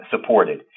supported